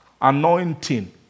anointing